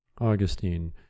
Augustine